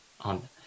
on